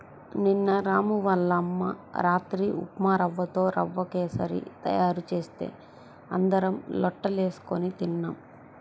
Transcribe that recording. నిన్న రాము వాళ్ళ అమ్మ రాత్రి ఉప్మారవ్వతో రవ్వ కేశరి తయారు చేస్తే అందరం లొట్టలేస్కొని తిన్నాం